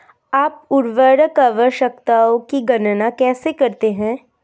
आप उर्वरक आवश्यकताओं की गणना कैसे करते हैं?